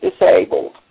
disabled